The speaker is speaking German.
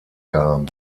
kam